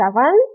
seven